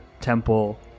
temple